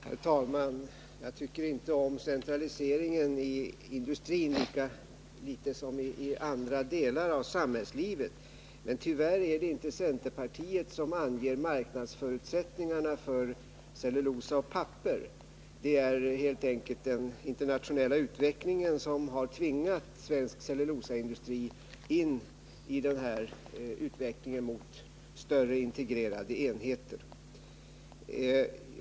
Herr talman! Jag tycker lika litet om centraliseringen i industrin som om centraliseringen i andra delar av samhällslivet. Tyvärr är det inte centerpartiet som anger marknadsförutsättningarna för cellulosa och papper. Det är helt enkelt den internationella utvecklingen som har tvingat svensk cellulosaindustri in på en utveckling mot större integrerade enheter.